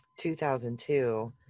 2002